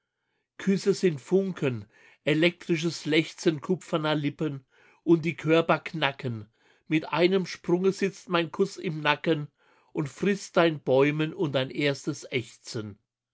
küsse sind funken elektrisches lechzen kupferner lippen und die körper knacken mit einem sprunge sitzt mein kuß im nacken und frißt dein bäumen und dein erstes ächzen